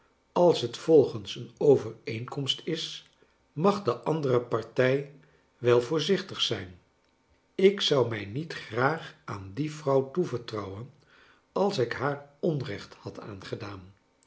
als het volgens een overeenkomst is mag de andere partij wel voorzichtig zijn ik zou mij niet graag aan die vrouw toevertrouwen als ik haar onrecht had aangedaan